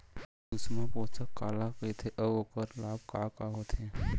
सुषमा पोसक काला कइथे अऊ ओखर लाभ का का होथे?